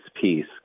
peace